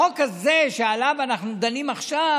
החוק הזה שעליו אנחנו דנים עכשיו